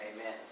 Amen